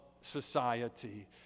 society